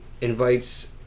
invites